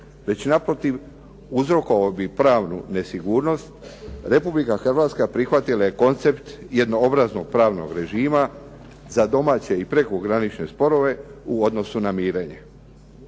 već naprotiv uzrokovao bi pravnu nesigurnost Republika Hrvatska prihvatila je koncept jednoobraznog pravnog režima za domaće i prekogranične sporove u odnosu na mirenje.